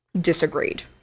disagreed